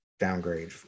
downgrade